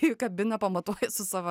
į kabiną pamatuoja su savo